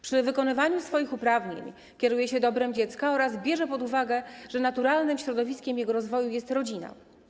Przy wykonywaniu swoich uprawnień kieruje się dobrem dziecka oraz bierze pod uwagę, że naturalnym środowiskiem jego rozwoju jest rodzina.